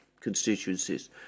constituencies